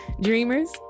Dreamers